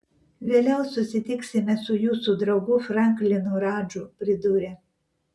vėliau susitiksime su jūsų draugu franklinu radžu pridūrė